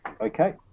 Okay